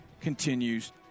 continues